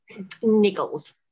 niggles